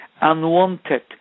unwanted